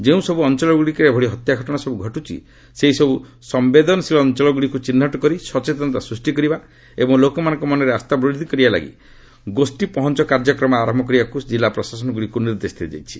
ଯେଉଁସବୁ ଅଞ୍ଚଳଗୁଡ଼ିକରେ ଏଭଳି ହତ୍ୟା ଘଟଣା ସବୁ ଘଟୁଛି ସେହିସବୁ ଅଞ୍ଚଳଗୁଡ଼ିକୁ ଚିହ୍ନଟ କରି ସଚେତନତା ସୃଷ୍ଟି କରିବା ଏବଂ ଲୋକମାନଙ୍କ ମନରେ ଆସ୍ଥା ବୂଦ୍ଧି କରିବା ଲାଗି ଗୋଷୀ ପହଞ୍ଚ କାର୍ଯ୍ୟକ୍ରମ ଆରମ୍ଭ କରିବା ଲାଗି କିଲ୍ଲା ପ୍ରଶାସନ ଗୁଡ଼ିକୁ ନିର୍ଦ୍ଦେଶ ଦିଆଯାଇଛି